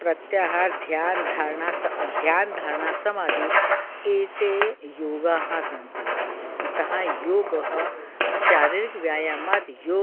प्रत्याहारः ध्यानधारण स ध्यानधारणसमाधि एते योगाः सन्ति अतः योगः शारीरिकव्यायामात् यो